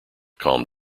calmed